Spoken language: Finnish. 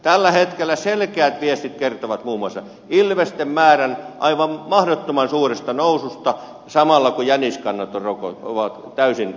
tällä hetkellä selkeät viestit kertovat muun muassa ilvesten määrän aivan mahdottoman suuresta noususta samalla kun jäniskannat ovat täysin kadonneet